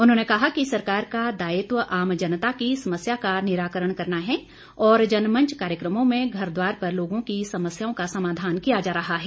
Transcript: उन्होंने कहा कि सरकार का दायित्व आम जनता की समस्या का निराकरण करना है और जनमंच कार्यक्रमों में घरद्वार पर लोगों की समस्याओं का समाधान किया जा रहा है